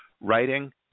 writing